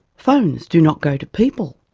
phones do not go to people.